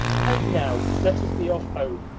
and now let us be off home.